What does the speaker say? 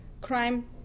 crime